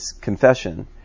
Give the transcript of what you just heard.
confession